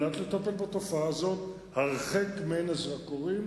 כדי לטפל בתופעה הזאת הרחק מעין הזרקורים